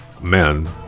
men